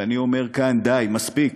ואני אומר כאן: די, מספיק.